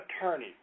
attorney